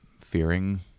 fearing